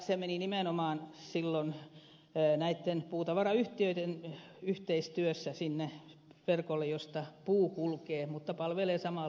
se meni silloin nimenomaan näitten puutavarayhtiöitten yhteistyössä sinne verkolle josta puu kulkee mutta se palvelee samalla maaseutua